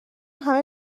همه